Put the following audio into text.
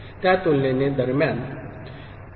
त्या तुलनेने दरम्यान ठीक आहे